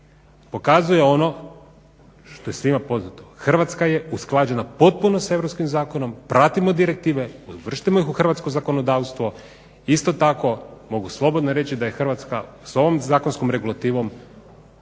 pokazuje ono što je svima poznato, Hrvatska je usklađena potpuno s europskim zakonom, pratimo direktive, uvrstimo ih u hrvatsko zakonodavstvo. Isto tako mogu slobodno reći da je Hrvatska s ovom zakonskom regulativom